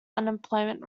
unemployment